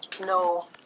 No